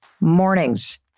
Mornings